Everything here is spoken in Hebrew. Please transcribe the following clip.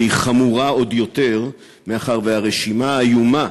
והיא חמורה עוד יותר מאחר שהרשימה האיומה